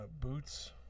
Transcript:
Boots